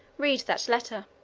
read that letter.